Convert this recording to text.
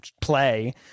play